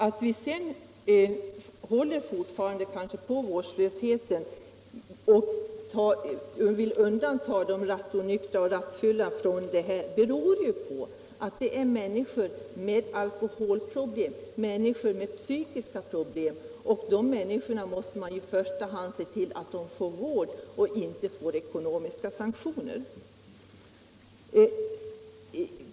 Att vi sedan fortfarande håller fast beträffande vårdslösheten och anser att rattonyktra ej skall inlemmas där beror ju på att dessa är människor med alkoholproblem, människor med psykiska problem. Man måste i första hand se till att de får vård och inte ekonomiska sanktioner.